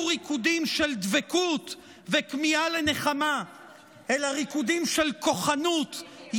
ריקודים של דבקות וכמיהה לנחמה אלא ריקודים של כוחנות,